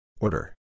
Order